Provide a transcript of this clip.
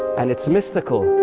and it's mystical.